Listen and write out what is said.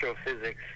astrophysics